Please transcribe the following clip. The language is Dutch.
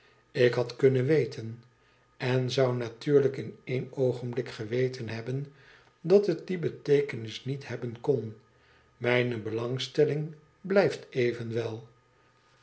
ik had kunnen weten en zou natuurlijk in één oogenblik geweten hebben dat het die beteekenis niet hebben kon mijne belangstelling blijft evenwel